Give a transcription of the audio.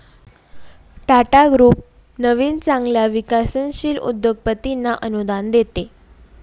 Tata group नवीन चांगल्या विकसनशील उद्योगपतींना अनुदान देते